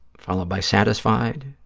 followed by satisfied,